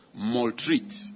maltreat